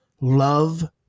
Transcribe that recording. love